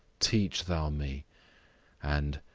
teach thou me and,